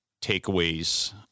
takeaways